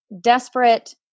desperate